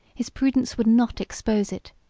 his prudence would not expose it,